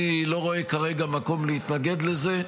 אני לא רואה כרגע מקום להתנגד לזה.